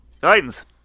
Titans